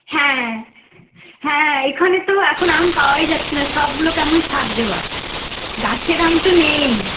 হ্যাঁ হ্যাঁ এইখানে তো এখন আম পাওয়াই যাচ্ছে না সবগুলো কেমন ছাড় দেওয়া গাছের আম তো নেইই